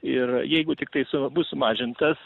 ir jeigu tiktai su bus sumažintas